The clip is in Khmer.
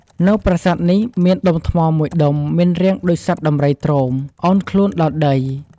នៅប្រាសាទនេះមានដុំថ្មមួយដុំមានរាងដូចសត្វដំរីទ្រោម អោនខ្លួនដល់ដី។